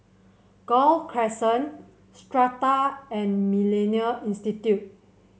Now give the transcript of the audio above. Gul Crescent Strata and MillenniA Institute